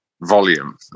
volume